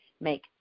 make